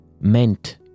meant